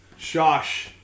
Shosh